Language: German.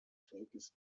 volkes